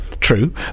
True